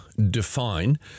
define